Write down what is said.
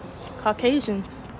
Caucasians